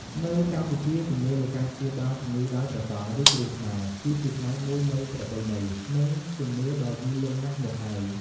នៅកម្ពុជា ជំនឿលើការព្យាបាលជំងឺដោយព្រះសង្ឃ ឬគ្រូខ្មែរ គឺជាផ្នែកមួយនៃប្រពៃណី និងជំនឿដ៏យូរលង់ណាស់មកហើយ។